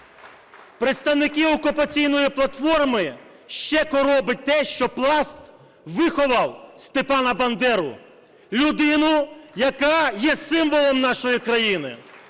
Представників "окупаційної платформи" ще коробить те, що Пласт виховав Степана Бандеру - людину, яка є символом нашої країни,